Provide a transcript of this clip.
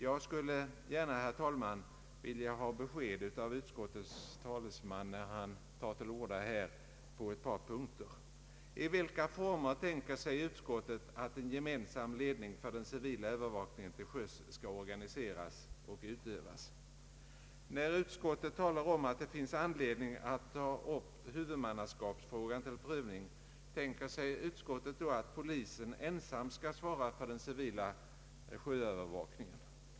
Jag skulle gärna, herr talman, vilja ha besked på några punkter av utskottets talesman: I vilka former tänker sig utskottet att en gemensam ledning för den civila övervakningen till sjöss skall organiseras och utövas? När utskottet talar om att det finns anledning att ta upp huvudmamnnaskapsfrågan till prövning, tänker sig utskottet då att polisen ensam skall svara för den civila sjöövervakningen?